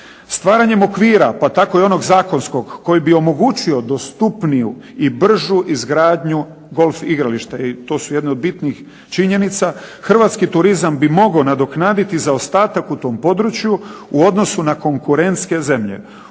Stvaranjem okvira pa tako i onog zakonskog koji bi omogućio dostupniju i bržu izgradnju golf igrališta, i to su jedne od bitnih činjenica, hrvatski turizam bi mogao nadoknaditi zaostatak u tom području u odnosu na konkurentske zemlje.